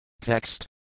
Text